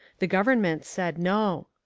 the government said no.